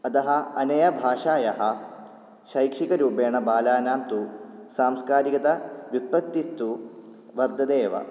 अतः अनया भाषायाः शैक्षिकरूपेण बालानां तु सांस्कारिकता व्युत्पत्ति तु वर्तते एव